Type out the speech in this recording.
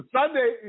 Sunday